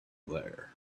there